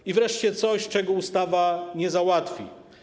I wreszcie coś, czego ustawa nie załatwi.